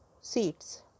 seats